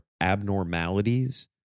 abnormalities